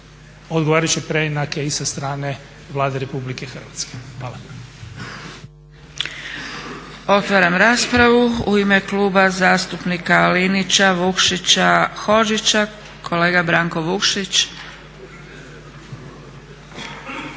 odgovarajuće preinake i sa strane Vlade RH. Hvala. **Zgrebec, Dragica (SDP)** Otvaram raspravu. U ime Kluba zastupnika Linića, Vukšića, Hodžića kolega Branko Vukšić.